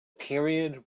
period